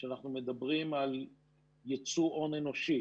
כשאנחנו מדברים על יצוא הון אנושי.